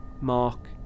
Mark